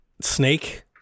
Snake